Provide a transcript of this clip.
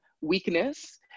weakness